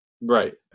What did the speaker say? Right